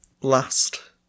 last